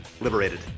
Liberated